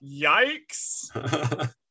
yikes